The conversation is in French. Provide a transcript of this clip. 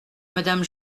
madame